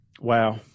Wow